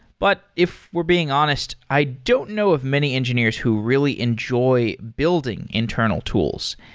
but if we're being honest, i don't know of many engineers who really enjoy building internal tools.